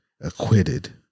acquitted